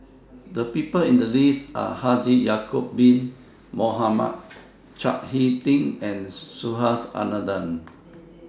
The People included in The list Are Haji Ya'Acob Bin Mohamed Chao Hick Tin and Subhas Anandan